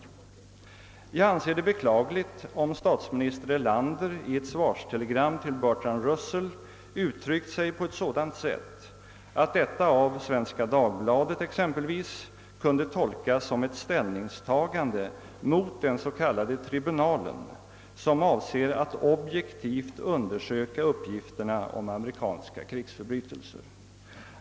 Jag anser det beklagligt om statsminister Erlander i ett svarstelegram till Bertrand Russell uttryckt sig på ett sådant sätt, att detta av 2xempelvis Svenska Dagbladet kunde tolkas som ett ställningstagande mot den s.k. tribunalen, som avser att objektivt undersöka uppgifterna om amerikanska krigsförbrytelser.